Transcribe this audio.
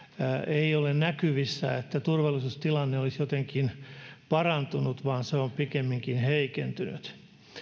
ei ole näkyvissä että turvallisuustilanne olisi jotenkin parantunut vaan se on pikemminkin heikentynyt